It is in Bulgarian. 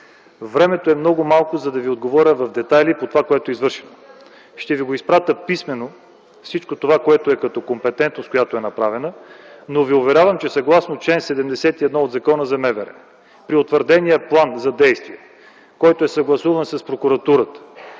времето е много малко, за да ви отговоря в детайли по това, което е извършено. Ще ви изпратя писмено всичко това, което е като компетентността, която е направена. Но ви уверявам, че съгласно чл. 71 от Закона за МВР, при утвърдения план за действие, който е съгласуван с прокуратурата